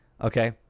okay